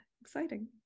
exciting